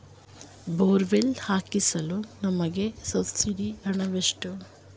Borewell ಹಾಕಿಸಲು ನಮಗೆ ಸಬ್ಸಿಡಿಯ ಹಣವೆಷ್ಟು?